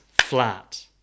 flat